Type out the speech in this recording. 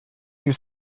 you